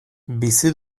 bizi